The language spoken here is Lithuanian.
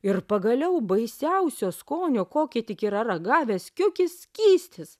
ir pagaliau baisiausio skonio kokį tik yra ragavęs kiukis skystis